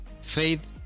Faith